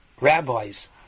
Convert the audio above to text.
rabbis